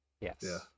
Yes